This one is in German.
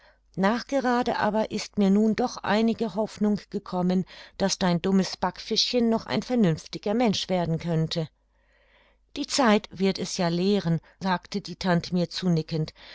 nachgerade aber ist mir nun doch einige hoffnung gekommen daß dein dummes backfischchen noch ein vernünftiger mensch werden könnte die zeit wird es ja lehren sagte die tante mir zunickend